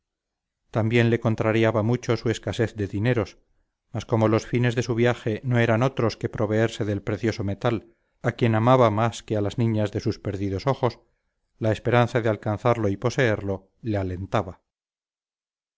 también le contrariaba mucho su escasez de dineros mas como los fines de su viaje no eran otros que proveerse del precioso metal a quien amaba más que a las niñas de sus perdidos ojos la esperanza de alcanzarlo y poseerlo le alentaba